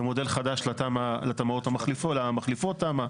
ומודל חדש למחליפות התמ"א.